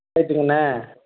ரைட்டுங்கண்ணா